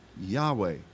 Yahweh